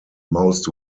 most